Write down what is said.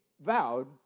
vowed